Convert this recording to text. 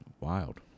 Wild